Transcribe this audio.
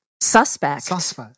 Suspect